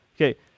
Okay